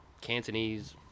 Cantonese